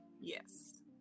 yes